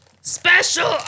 special